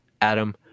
Adam